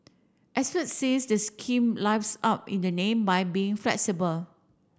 experts says the scheme lives up in the name by being flexible